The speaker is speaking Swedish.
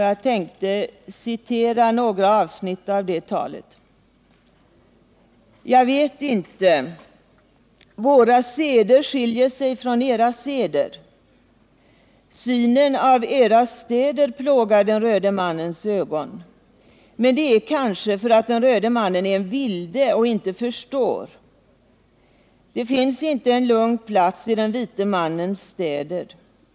Jag vill citera några avsnitt av det talet: ”Jag vet inte. Våra seder skiljer sig från era seder. Synen av era städer plågar den röde mannens ögon. Men det är kanske för att den röde mannen är en vilde och inte förstår. Det finns inte en lugn plats i den vite mannens städer.